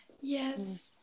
Yes